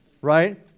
Right